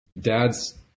dad's